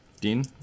Dean